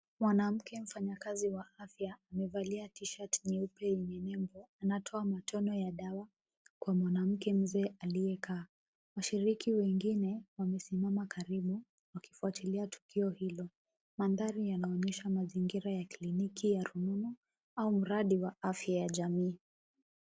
Mwanamke mfanyakazi wa afya, amevalia tisheti yenye nembo. Anatoa matone ya dawa kwenye mwanamke mzee aliyekaa. Washiriki wengine wamesimama karibu wakifuatilia tukio hilo. Mandhari yanaonyesha mazingira ya kliniki ya rununu au mradi wa afya ya jamii.